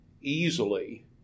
easily